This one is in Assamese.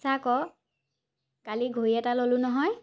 চা আকৌ কালি ঘড়ী এটা ল'লোঁ নহয়